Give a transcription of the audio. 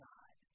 God